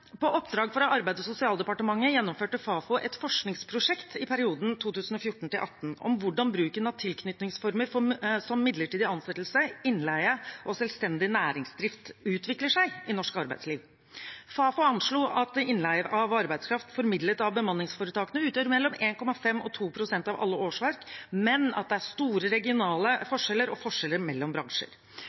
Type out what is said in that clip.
På oppdrag fra Arbeids- og sosialdepartementet gjennomførte Fafo et forskningsprosjekt i perioden 2014–2018, om hvordan bruken av tilknytningsformer som midlertidig ansettelse, innleie og selvstendig næringsdrift utvikler seg i norsk arbeidsliv. Fafo anslo at innleie av arbeidskraft formidlet av bemanningsforetakene utgjorde mellom 1,5 og 2 pst. av alle årsverk, men at det er store regionale forskjeller og forskjeller mellom bransjer.